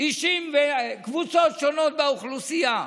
אישים וקבוצות שונות באוכלוסייה.